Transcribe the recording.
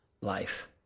life